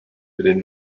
within